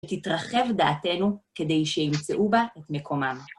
תתרחב דעתנו כדי שימצאו בה את מקומם.